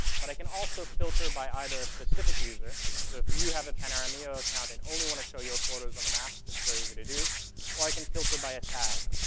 but i can also filter by either a specific user so if you have a panoramio account and only want to show your photos on the map, that's very easy to do or i can filter by a tag.